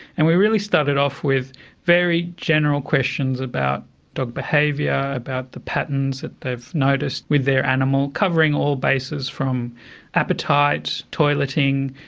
and we really started off with very general questions about dog behaviour, about the patterns that they'd noticed with their animal, covering all bases from appetite, toileting,